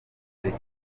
reka